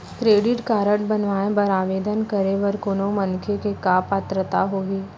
Credit card बनवाए बर आवेदन करे बर कोनो मनखे के का पात्रता होही?